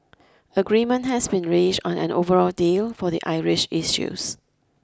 agreement has been reached on an overall deal for the Irish issues